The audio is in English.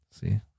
See